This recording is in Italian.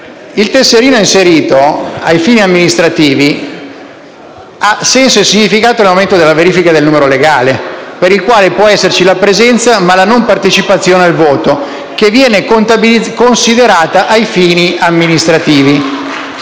il tesserino inserito, ai fini amministrativi ha senso e significato nel momento della verifica del numero legale per il quale può esserci la presenza, ma la non partecipazione al voto che viene considerata ai fini amministrativi.